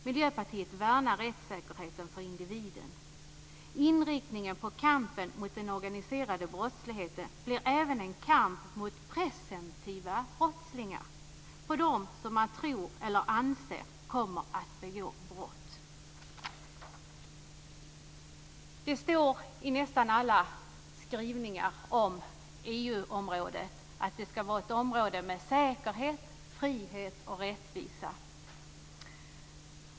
Miljöpartiet värnar rättssäkerheten för individen. Kampen mot den organiserade brottsligheten blir även en kamp mot presumtiva brottslingar, de som man tror eller anser kommer att begå brott. Det står i nästan alla skrivningar om EU att det skall vara ett område med säkerhet, frihet och rättvisa.